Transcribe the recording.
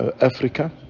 Africa